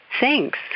Thanks